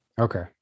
Okay